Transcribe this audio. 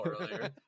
earlier